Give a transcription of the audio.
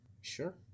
Sure